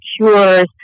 cures